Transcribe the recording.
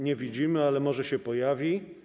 Nie widzimy, ale może się pojawi.